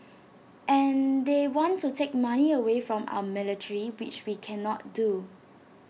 and they want to take money away from our military which we cannot do